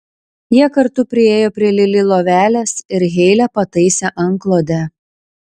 jie kartu priėjo prie lili lovelės ir heilė pataisė antklodę